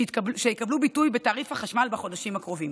שיקבלו ביטוי בתעריף החשמל בחודשים הקרובים.